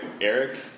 Eric